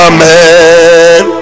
Amen